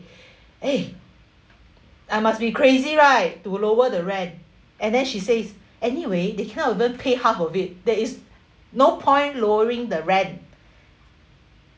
eh I must be crazy right to lower the rent and then she says anyway they cannot even pay half of it there is no point lowering the rent